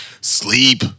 Sleep